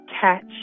catch